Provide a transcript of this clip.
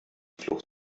flucht